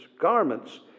garments